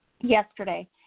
Yesterday